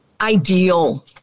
ideal